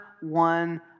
one